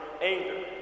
anger